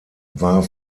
war